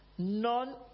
none